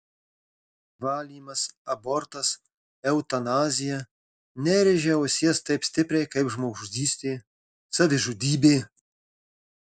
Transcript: valymas abortas eutanazija nerėžia ausies taip stipriai kaip žmogžudystė savižudybė